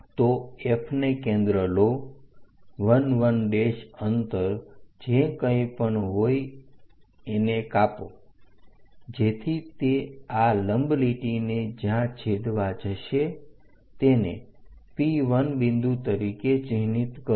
તો F ને કેન્દ્ર લો 1 1 અંતર જે કંઇ પણ હોય આને કાપો જેથી તે આ લંબ લીટીને જ્યાં છેદવા જશે તેને પી1 બિંદુ તરીકે ચિહ્નિત કરો